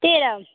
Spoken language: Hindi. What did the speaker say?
तेरह